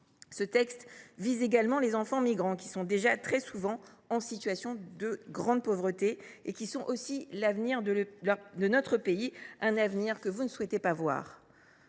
Ce texte vise également les enfants migrants, qui sont déjà très souvent en situation de grande pauvreté et qui sont aussi l’avenir de notre pays, un avenir que vous ne souhaitez pas voir.